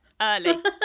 Early